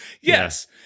yes